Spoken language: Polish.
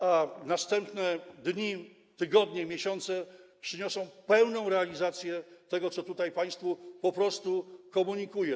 A następne dni, tygodnie, miesiące przyniosą pełną realizację tego, co tutaj państwu po prostu komunikuję.